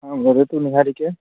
हा वदतु निहारिके